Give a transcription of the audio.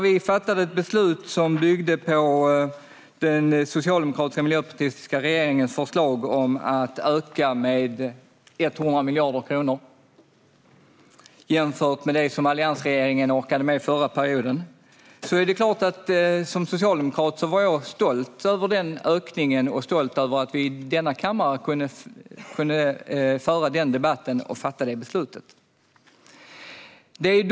Vi fattade ett beslut som byggde på den socialdemokratiska och miljöpartistiska regeringens förslag om att öka med 100 miljarder kronor, jämfört med det som alliansregeringen orkade med under förra perioden. Det är klart att jag som socialdemokrat är stolt över den ökningen, att denna kammare kunde föra den debatten och att vi kunde fatta det beslutet.